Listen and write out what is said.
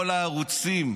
כל הערוצים,